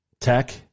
Tech